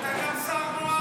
אתה גם שר נועז,